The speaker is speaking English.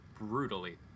brutally